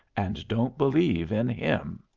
and don't believe in him.